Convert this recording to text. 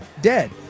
dead